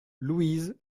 louise